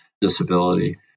disability